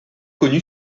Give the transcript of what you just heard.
connu